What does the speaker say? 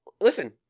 Listen